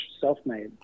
self-made